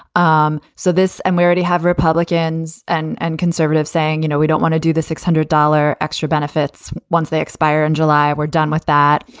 um so this and where ready have republicans and and conservatives saying, you know, we don't want to do the six hundred dollar extra benefits once they expire in july? we're done with that.